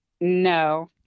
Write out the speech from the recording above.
No